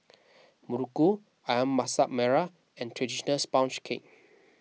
Muruku Ayam Masak Merah and Traditional Sponge Cake